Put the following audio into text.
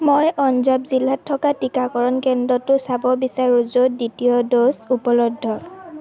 মই অঞ্জাৱ জিলাত থকা টীকাকৰণ কেন্দ্ৰটো চাব বিচাৰোঁ য'ত দ্বিতীয় ড'জ উপলব্ধ